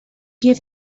gave